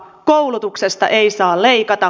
koulutuksesta ei saa leikata